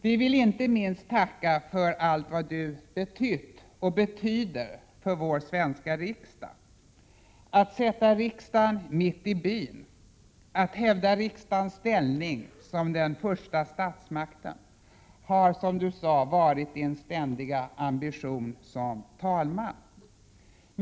Vi vill tacka inte minst för allt vad Du betytt och betyder för vår svenska riksdag. Att sätta riksdagen mitt i byn, att hävda riksdagens ställning som den första statsmakten har, som Du sade, varit Din ständiga ambition som talman.